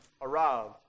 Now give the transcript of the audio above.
arrived